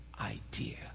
idea